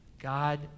God